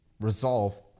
resolve